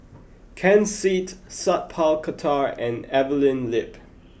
Ken Seet Sat Pal Khattar and Evelyn Lip